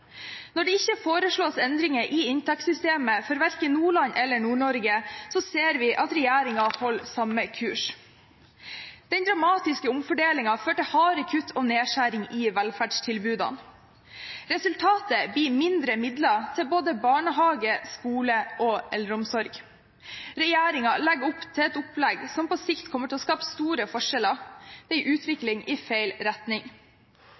Når det ikke foreslås endringer i inntektssystemet for verken Nordland eller Nord-Norge, ser vi at regjeringen holder samme kurs. Den dramatiske omfordelingen fører til harde kutt og nedskjæring i velferdstilbudene. Resultatet blir mindre midler til både barnehage, skole og eldreomsorg. Det regjeringen legger opp til, kommer på sikt til å skape store forskjeller – en utvikling i feil retning.